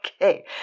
Okay